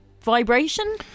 vibration